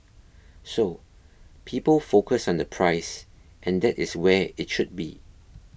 so people focus on the price and that is where it should be